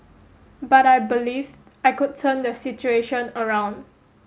but I believed I could turn the situation around